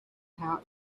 how